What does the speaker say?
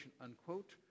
unquote